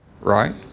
right